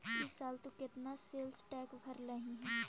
ई साल तु केतना सेल्स टैक्स भरलहिं हे